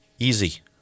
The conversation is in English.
Easy